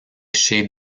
chez